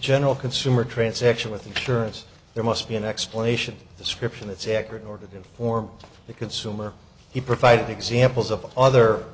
general consumer transaction with insurance there must be an explanation description that's accurate or to inform the consumer he provided examples of other